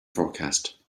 forecast